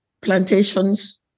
plantations